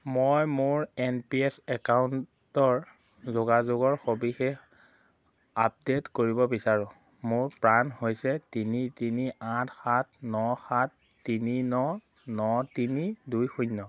মই মোৰ N P S একাউণ্টৰ যোগাযোগৰ সবিশেষ আপডেট কৰিব বিচাৰোঁ মোৰ পান হৈছে তিনি তিনি আঠ সাত ন সাত তিনি ন ন তিনি দুই শূন্য